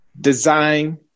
design